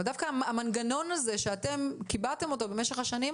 אבל המנגנון שאתם קיבעתם במשך השנים,